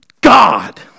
God